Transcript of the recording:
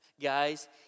Guys